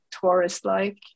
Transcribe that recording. tourist-like